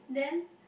then